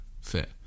fit